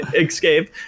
escape